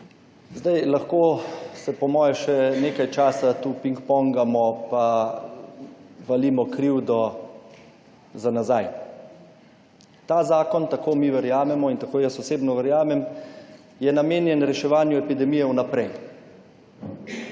Lahko se po moje še nekaj časa tu pingpongamo, pa valimo krivdo za nazaj. Ta zakon, tako mi verjamemo in tako jaz osebno verjamem, je namenjen reševanju epidemije vnaprej.